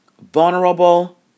vulnerable